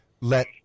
let